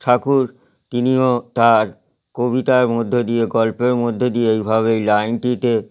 ঠাকুর তিনিও তার কবিতার মধ্য দিয়ে গল্পের মধ্য দিয়ে এইভাবেই লাইনটিতে